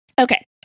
Okay